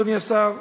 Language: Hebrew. אדוני השר,